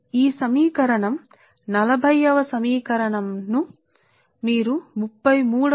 అవును కాబట్టి ఈ సమీకరణం 40 సమీకరణం 40 మీరు 33సరే